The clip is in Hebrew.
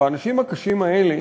והאנשים הקשים האלה